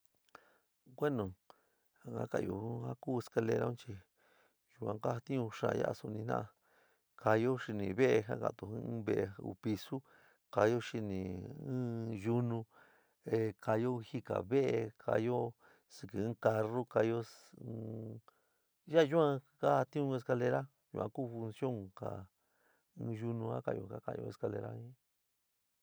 Bueno na ka'anyo ja ku escalera un chi yuán ka jatiún xa'an ya'a suni jina'a kaáyo xinɨ ve'é ka kaántoó in ve'é uu pisú kaáyo xinɨ in yunu eh kayo in jiká ve'é, kaáyo sikɨ in carru, kaáyo in ya'a yu'an kajatiún escalera yuán ku funcion in yunu ka kaányo ka kaányo escalera jin.